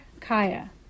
Kaya